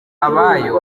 abayo